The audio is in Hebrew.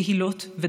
קהילות ודתות.